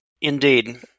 Indeed